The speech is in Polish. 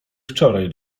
wczoraj